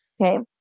Okay